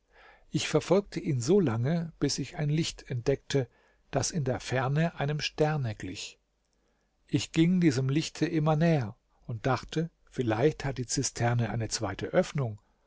ich verfolgte ihn so lange bis ich ein licht entdeckte das in der ferne einem sterne glich ich ging diesem lichte immer näher und dachte vielleicht hat die zisterne eine zweite öffnung